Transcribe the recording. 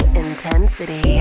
intensity